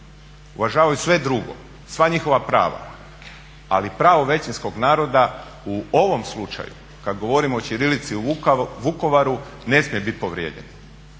Uvažavajući sve drugo, sva njihova prava ali pravo većinskog naroda u ovom slučaju kad govorimo o ćirilici u Vukovaru ne smije biti povrijeđeno